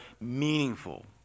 meaningful